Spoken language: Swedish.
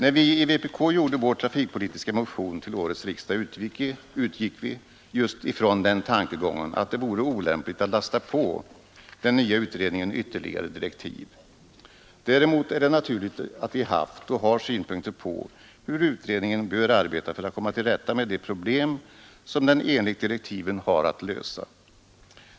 När vi i vpk skrev vår trafikpolitiska motion till årets riksdag utgick vi just från den tankegången att det vore olämpligt att lasta på den nya utredningen ytterligare direktiv. Däremot är det naturligt att vi haft och har synpunkter på hur utredningen bör arbeta för att komma till rätta med de problem som den enligt direktiven har att lösa.